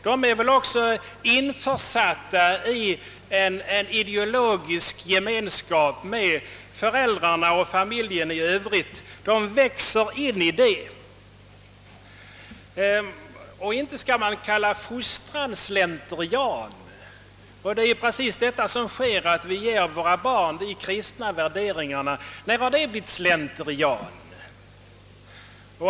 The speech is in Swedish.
De är väl också införsatta i en ideologisk gemenskap med föräldrarna och famil Inte skall man väl kalla fostran för slentrian. Vi ger våra barn de kristna värderingarna. Att fostra barn — när har det blivit slentrian?